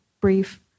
brief